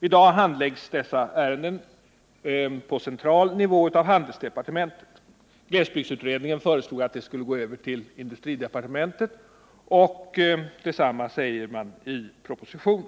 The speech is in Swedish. I dag handläggs dessa ärenden på central nivå, av handelsdepartementet. Glesbygdsutredningen föreslog att de skulle överföras till industridepartementet, och detsamma uttalas i propositionen.